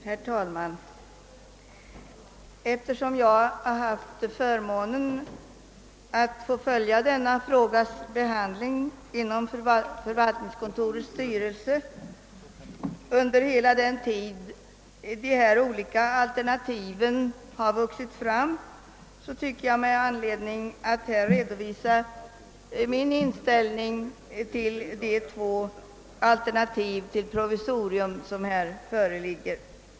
Herr talman! Eftersom jag har haft förmånen att följa denna frågas behandling i förvaltningskontorets styrelse hela den tid de olika alternativen vuxit fram tycker jag mig ha anledning att redovisa min inställning till de två alternativ till provisorium som här föreligger.